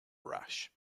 rash